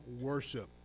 worship